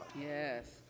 yes